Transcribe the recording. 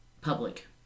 public